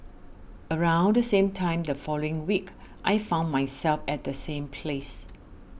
around the same time the following week I found myself at the same place